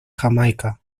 jamaica